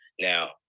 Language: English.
Now